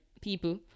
people